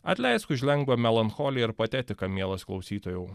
atleisk už lengvą melancholiją ir patetiką mielas klausytojau